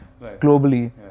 globally